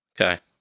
Okay